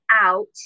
out